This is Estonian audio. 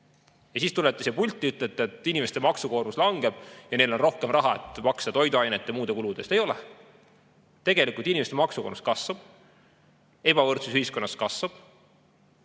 siis tulete siia pulti ja ütlete, et inimeste maksukoormus langeb ja neil on rohkem raha, et maksta toiduainete ja muude kulude eest. Ei ole. Tegelikult inimeste maksukoormus kasvab, ebavõrdsus ühiskonnas kasvab.